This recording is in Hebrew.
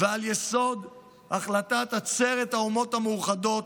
ועל יסוד החלטת עצרת האומות המאוחדות,